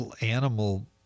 animal